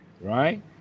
right